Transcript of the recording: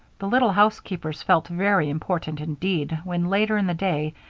the little housekeepers felt very important indeed, when, later in the day,